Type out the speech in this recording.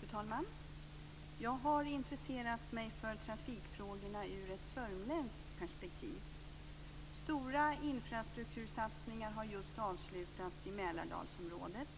Fru talman! Jag har intresserat mig för trafikfrågorna ur ett sörmländskt perspektiv. Stora infrastruktursatsningar har just avslutats i Mälardalsområdet.